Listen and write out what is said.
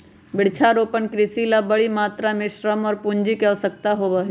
वृक्षारोपण कृषि ला बड़ी मात्रा में श्रम और पूंजी के आवश्यकता होबा हई